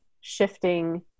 shifting